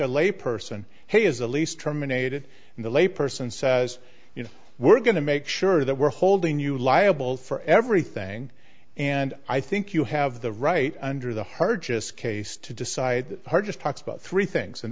a lay person has a lease terminated and the lay person says you know we're going to make sure that we're holding you liable for everything and i think you have the right under the hardest case to decide hard just talks about three things and